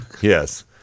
Yes